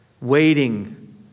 waiting